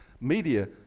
media